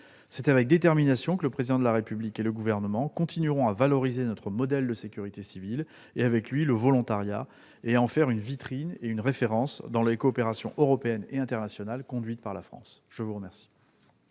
C'est avec détermination que le Président de la République et le Gouvernement continueront à valoriser notre modèle de sécurité civile et, avec lui, le volontariat, et à en faire une vitrine et une référence dans les coopérations européenne et internationale conduites par la France. La parole